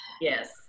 Yes